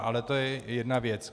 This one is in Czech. Ale to je jedna věc.